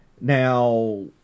Now